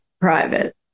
private